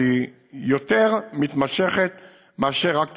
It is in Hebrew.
שהיא יותר מתמשכת מאשר רק תשתיות,